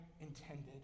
intended